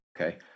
Okay